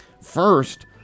First